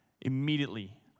Immediately